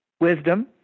Wisdom